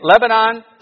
Lebanon